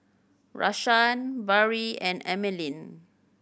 Rashaan Barrie and Emeline